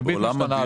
הריבית משתנה,